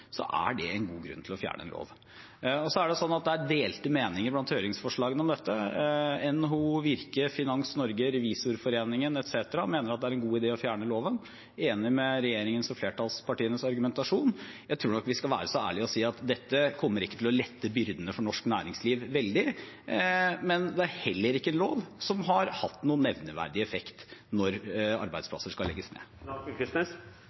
er det en god grunn til å fjerne en lov. Så er det delte meninger blant høringsuttalelsene om dette. NHO, Virke, Finans Norge, Revisorforeningen etc. mener at det er en god idé å fjerne loven, de er enig med regjeringens og flertallspartienes argumentasjon. Jeg tror nok vi skal være ærlig og si at dette kommer ikke til å lette byrdene for norsk næringsliv veldig, men det er heller ikke en lov som har hatt noen nevneverdig effekt når